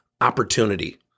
opportunity